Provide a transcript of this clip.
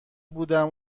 بودم